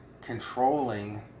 controlling